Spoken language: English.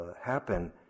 happen